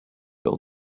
leur